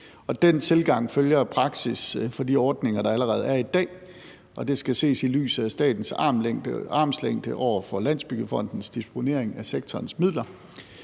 Den tilgang følger af praksis for de ordninger, der allerede eksisterer i dag, og det skal ses i lyset af statens armslængde over for Landsbyggefondens disponering af sektorens midler.